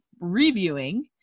reviewing